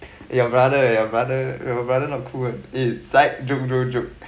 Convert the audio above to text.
your brother your brother your brother not cool [one] inside joke no joke